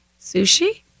Sushi